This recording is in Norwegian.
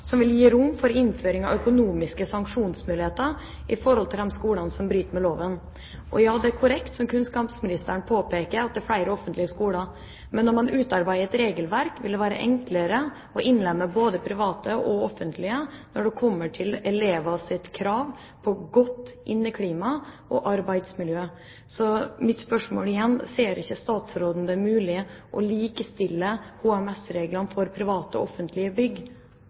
som vil gi rom for innføring av økonomiske sanksjonsmuligheter i forhold til de skolene som bryter med loven. Ja, det er korrekt, som kunnskapsministeren påpeker, at det er flere offentlige skoler. Men når man utarbeider et regelverk, vil det være enklere å innlemme både private og offentlige skolebygg når det kommer til elevers krav på godt inneklima og arbeidsmiljø. Mitt spørsmål igjen: Ser ikke statsråden det som mulig å likestille HMS-reglene for private og offentlige bygg?